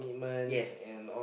yes